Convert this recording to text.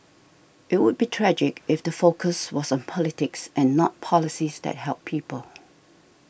it would be tragic if the focus was on politics and not policies that help people